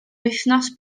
wythnos